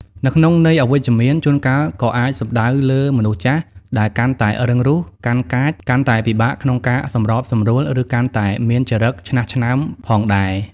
នៅក្នុងន័យអវិជ្ជមាន ជួនកាលក៏អាចសំដៅលើមនុស្សចាស់ដែលកាន់តែរឹងរូស កាន់កាច កាន់តែពិបាកក្នុងការសម្របសម្រួល ឬកាន់តែមានចរិតឆ្នាស់ឆ្នើមផងដែរ។